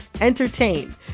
entertain